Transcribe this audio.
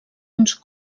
uns